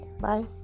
Bye